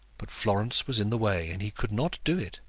but florence was in the way, and he could not do it.